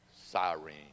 siren